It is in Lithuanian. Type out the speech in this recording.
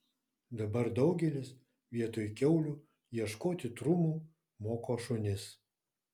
dabar daugelis vietoj kiaulių ieškoti trumų moko šunis